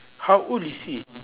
how old is he